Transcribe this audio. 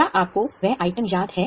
क्या आपको वह आइटम याद है